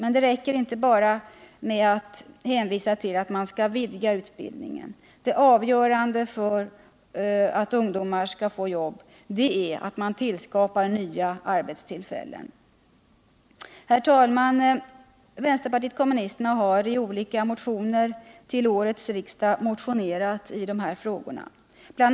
Men det räcker inte med att bara hänvisa till att man skall vidga utbildningen. Det avgörande för att ungdomar skall få jobb är att man tillskapar nya arbetstillfällen. Herr talman! Vänsterpartiet kommunisterna har i olika motioner till årets riksdag fört fram dessa frågor. Bl.